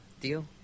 Deal